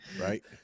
Right